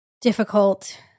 difficult